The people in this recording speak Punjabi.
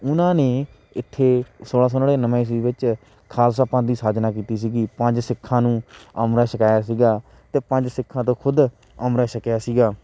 ਉਹਨਾਂ ਨੇ ਇੱਥੇ ਸੋਲ੍ਹਾਂ ਸੌ ਨੜਿਨਵੇਂ ਈਸਵੀ ਵਿੱਚ ਖਾਲਸਾ ਪੰਥ ਦੀ ਸਾਜਨਾ ਕੀਤੀ ਸੀਗੀ ਪੰਜ ਸਿੱਖਾਂ ਨੂੰ ਅੰਮ੍ਰਿਤ ਛਕਾਇਆ ਸੀਗਾ ਅਤੇ ਪੰਜ ਸਿੱਖਾਂ ਤੋਂ ਖੁਦ ਅੰਮ੍ਰਿਤ ਛਕਿਆ ਸੀਗਾ